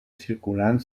circulant